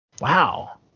wow